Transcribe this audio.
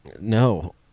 No